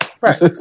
Right